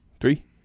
Three